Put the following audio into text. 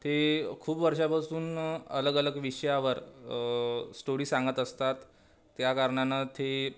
ते खूप वर्षापासून अलग अलग विषयावर स्टोरी सांगत असतात त्या कारणानं ते